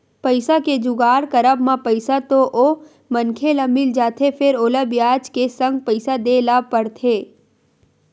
पइसा के जुगाड़ करब म पइसा तो ओ मनखे ल मिल जाथे फेर ओला बियाज के संग पइसा देय ल परथे